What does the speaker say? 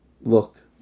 look